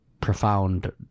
profound